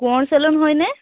Konwar salon হয়নে